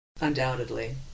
Undoubtedly